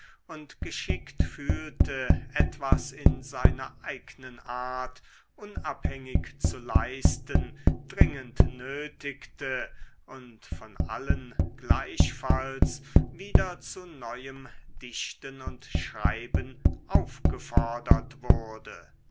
und geschickt fühlte etwas in seiner eignen art unabhängig zu leisten dringend nötigte und von allen gleichfalls wieder zu neuem dichten und schreiben aufgefordert wurde